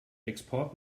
export